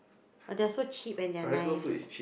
but they're so cheap and they're nice